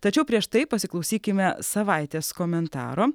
tačiau prieš tai pasiklausykime savaitės komentaro